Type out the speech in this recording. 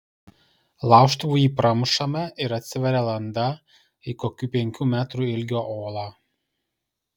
laužtuvu jį pramušame ir atsiveria landa į kokių penkių metrų ilgio olą